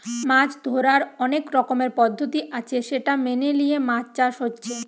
মাছ ধোরার অনেক রকমের পদ্ধতি আছে সেটা মেনে লিয়ে মাছ চাষ হচ্ছে